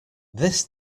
this